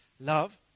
love